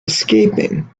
escaping